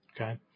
Okay